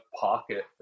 pocket